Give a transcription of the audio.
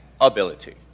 ability